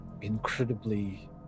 incredibly